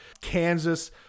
Kansas